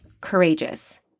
courageous